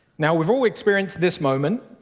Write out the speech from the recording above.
now, we've all experienced this moment,